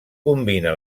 combina